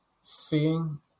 seeing